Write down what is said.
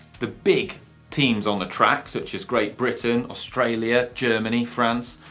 the big teams on the tracks such as great britain, australia, germany, france,